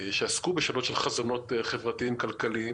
שעסקו בשלושה חזונות חברתיים כלכליים